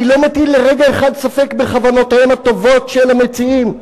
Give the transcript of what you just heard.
אני לא מטיל לרגע אחד ספק בכוונותיהם הטובות של המציעים,